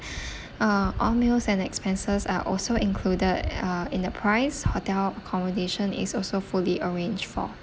uh all meals and expenses are also included uh in the price hotel accommodation is also fully arranged for